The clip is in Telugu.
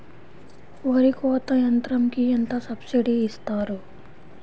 వరి కోత యంత్రంకి ఎంత సబ్సిడీ ఇస్తారు?